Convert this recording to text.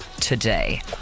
today